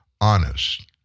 honest